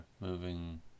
moving